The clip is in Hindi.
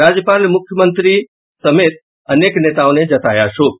राज्यपाल मुख्यमंत्री समेत अनेक नेताओं ने जताया शोक